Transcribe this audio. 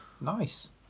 Nice